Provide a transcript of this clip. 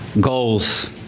goals